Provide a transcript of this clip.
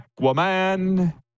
Aquaman